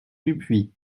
dupuis